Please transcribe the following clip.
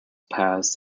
passed